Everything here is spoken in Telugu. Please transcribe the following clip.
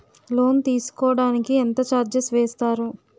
లోన్ తీసుకోడానికి ఎంత చార్జెస్ వేస్తారు?